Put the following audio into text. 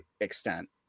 extent